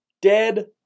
Dead